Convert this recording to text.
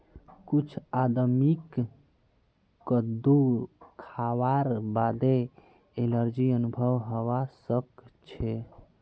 कुछ आदमीक कद्दू खावार बादे एलर्जी अनुभव हवा सक छे